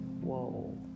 whoa